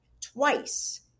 twice